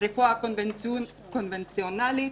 רפואה קונבנציונלית,